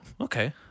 okay